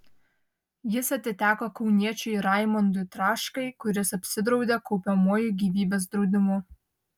jis atiteko kauniečiui raimondui traškai kuris apsidraudė kaupiamuoju gyvybės draudimu